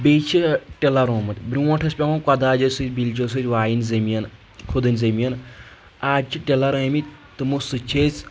بیٚیہِ چھِ ٹِلر اومُت برٛونٛٹھ اوس پٮ۪وان کۄداجو سۭتۍ بلچو سۭتۍ وایِن زٔمیٖن کھُدٕنۍ زٔمیٖن آز چھِ ٹِلر آمٕتۍ تِمو سۭتۍ چھِ أسۍ